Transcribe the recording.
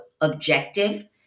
objective